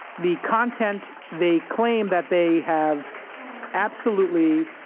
the content. they claim, that they have absolutely